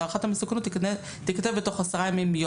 הערכת המסוכנות תיכתב בתוך עשרה ימים מיום